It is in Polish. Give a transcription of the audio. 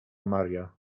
maria